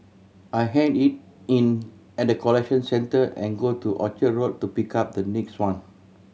I hand it in at the collection centre and go to Orchard Road to pick up the next one